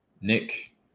Nick